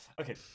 okay